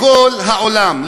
לכל העולם,